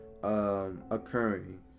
Occurring